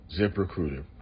ZipRecruiter